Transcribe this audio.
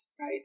right